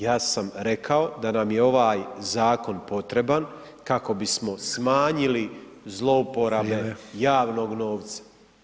Ja sam rekao da nam je ovaj zakon potreban kako bismo smanjili zlouporabe javnog novca.